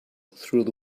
through